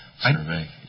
survey